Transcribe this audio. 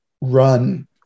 run